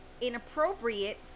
inappropriate